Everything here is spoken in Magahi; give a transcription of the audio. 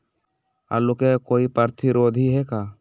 आलू के कोई प्रतिरोधी है का?